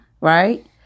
right